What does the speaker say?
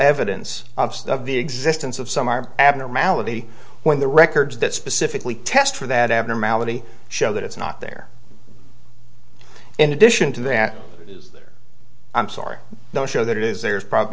evidence of the existence of some arm abnormality when the records that specifically test for that abnormality show that it's not there in addition to that there i'm sorry no show that is there's probably